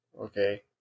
Okay